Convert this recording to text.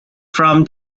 from